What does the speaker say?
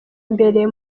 imbere